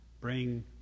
bring